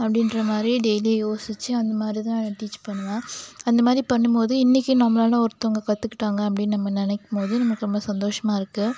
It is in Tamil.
அப்படின்ற மாதிரி டெய்லியும் யோசிச்சு அந்த மாதிரி தான் டீச் பண்ணுவேன் அந்த மாதிரி பண்ணும் போது இன்றைக்கி நம்மளால் ஒருத்தவங்க கற்றுக்கிட்டாங்க அப்படின்னு நம்ம நினைக்கும் போது நமக்கு ரொம்ப சந்தோஷமாயிருக்கு